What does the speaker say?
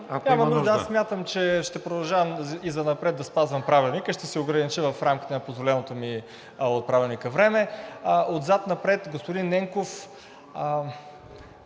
Няма нужда. Аз смятам, че ще продължавам и занапред да спазвам Правилника и ще се огранича в рамките на позволеното ми от Правилника време. Отзад напред. Господин Ненков,